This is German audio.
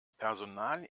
personal